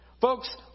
Folks